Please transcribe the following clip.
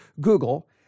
Google